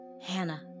Hannah